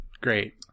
Great